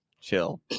Chill